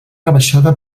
rebaixada